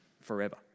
forever